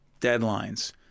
deadlines